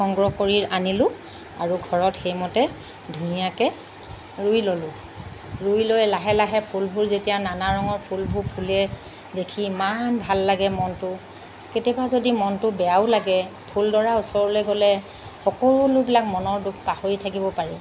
সংগ্ৰহ কৰি আনিলোঁ আৰু ঘৰত সেইমতে ধুনীয়াকৈ ৰুই ল'লোঁ ৰুই লৈ লাহে লাহে ফুলবোৰ যেতিয়া নানা ৰঙৰ ফুলবোৰ ফুলে দেখি ইমান ভাল লাগে মনটো কেতিয়াবা যদি মনটো বেয়াও লাগে ফুলডৰাৰ ওচৰলৈ গ'লে সকলোবিলাক মনৰ দুখ পাহৰি থাকিব পাৰি